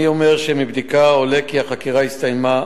אני אומר שמבדיקה עולה כי החקירה הסתיימה.